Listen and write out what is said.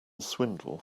swindle